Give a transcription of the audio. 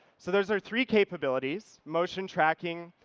so those are three capabilities, motion tracking,